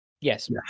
Yes